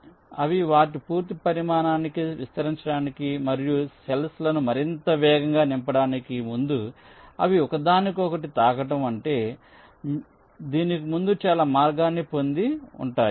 కాబట్టి అవి వాటి పూర్తి పరిమాణానికి విస్తరించడానికి మరియు సెల్ఫ్ లను మరింత వేగంగా నింపడానికి ముందు అవి ఒకదానికొకటి తాకడం అంటే మీరు దీనికి ముందు చాలా మార్గాన్ని పొందుతున్నారు